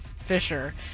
Fisher